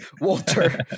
Walter